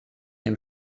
dem